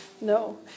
No